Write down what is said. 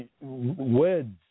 words